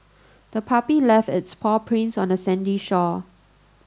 the puppy left its paw prints on the sandy shore